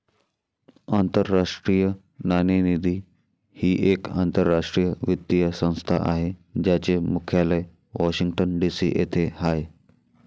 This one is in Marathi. आंतरराष्ट्रीय नाणेनिधी ही एक आंतरराष्ट्रीय वित्तीय संस्था आहे ज्याचे मुख्यालय वॉशिंग्टन डी.सी येथे आहे